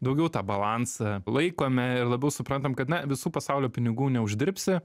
daugiau tą balansą laikome ir labiau suprantam kad na visų pasaulio pinigų neuždirbsi